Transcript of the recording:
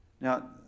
Now